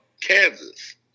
Kansas